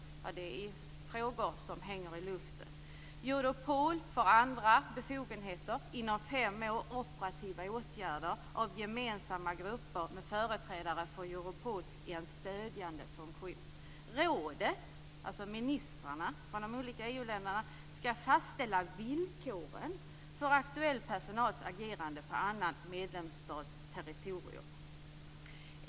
Ja, det är frågor som hänger i luften. Europol får andra befogenheter, inom fem år operativa åtgärder, av gemensamma grupper med företrädare för Europol i en stödjande funktion. Rådet, alltså ministrarna i de olika EU-länderna, skall fastställa villkoren för aktuell personals agerande på annan medlemsstats territorium.